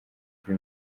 muri